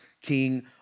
king